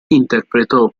interpretò